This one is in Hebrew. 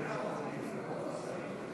משרד הביטחון,